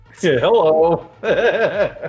hello